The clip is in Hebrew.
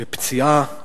בפציעה.